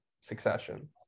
Succession